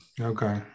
Okay